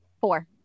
Four